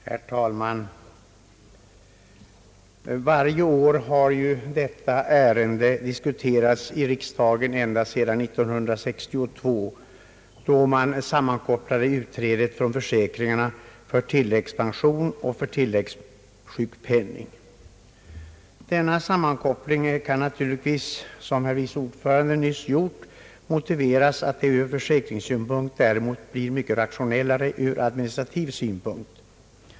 Herr talman! Varje år har detta ärende diskuterats i riksdagen ända sedan 1962 då man sammankopplade utträdet från försäkringarna för tilläggspension och tilläggssjukpenning. Denna sammankoppling kan naturligtvis som herr förste vice talmannen nyss gjort motiveras med att det blir mycket rationellare ur administrativ synpunkt.